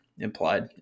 Implied